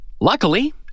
Luckily